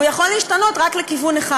הוא יכול להשתנות רק לכיוון אחד.